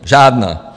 Žádná.